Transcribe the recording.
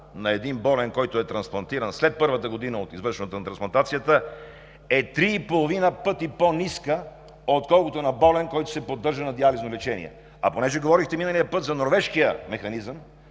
на един болен, който е трансплантиран след първата година от извършването на трансплантацията, е три и половина пъти по-ниска, отколкото на болен, който се поддържа на диализно лечение. Понеже говорихте миналия път за Норвежкия механизъм,